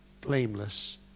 blameless